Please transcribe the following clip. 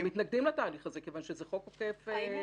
אנחנו מתנגדים לתהליך הזה כיוון שזה חוק עוקף עבודת כנסת.